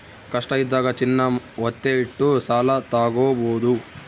ಕಷ್ಟ ಇದ್ದಾಗ ಚಿನ್ನ ವತ್ತೆ ಇಟ್ಟು ಸಾಲ ತಾಗೊಬೋದು